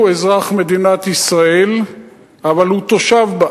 אזרח מדינת ישראל אבל הוא תושב בה,